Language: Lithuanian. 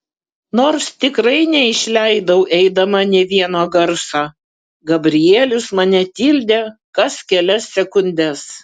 nors tikrai neišleidau eidama nė vieno garso gabrielius mane tildė kas kelias sekundes